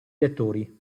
lettori